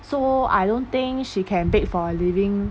so I don't think she can bake for a living